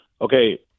okay